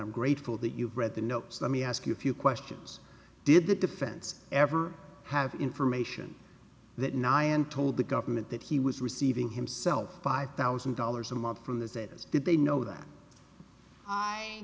i'm grateful that you've read the notes let me ask you a few questions did the defense ever have information that nyan told the government that he was receiving himself five thousand dollars a month from the zetas did they know that i